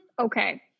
Okay